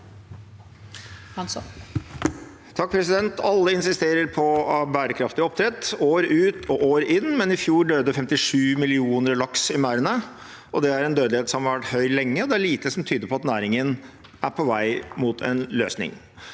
(MDG) Alle insisterer på bærekraftig oppdrett år ut og år inn, men i fjor døde 57 millioner laks i merdene. Det er en dødelighet som har vært høy lenge, og det er lite som tyder på at næringen er på vei mot en løsning.